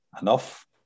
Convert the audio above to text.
Enough